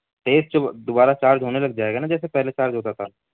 تیز دوبارہ چارج ہونے لگ جائے گا نا جیسے پہلے چارج ہوتا تھا